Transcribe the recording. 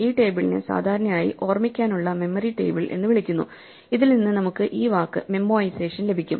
ഈ ടേബിളിനെ സാധാരണയായി ഓർമിക്കാനുള്ള മെമ്മറി ടേബിൾ എന്ന് വിളിക്കുന്നു ഇതിൽ നിന്ന് നമുക്ക് ഈ വാക്ക് മെമ്മോഐസേഷൻ ലഭിക്കും